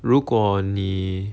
如果你